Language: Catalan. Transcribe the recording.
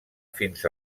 fins